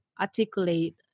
articulate